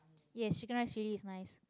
yes chicken-rice chilli is nice